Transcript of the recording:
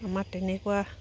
আমাৰ তেনেকুৱা